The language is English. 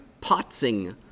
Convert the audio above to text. potting